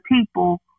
people